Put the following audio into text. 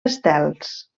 estels